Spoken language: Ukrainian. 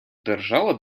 держава